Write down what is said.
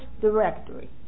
directory